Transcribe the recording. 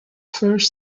first